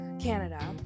Canada